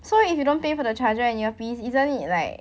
so if you don't pay for the charger and earpiece isn't it like